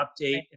update